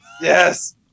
Yes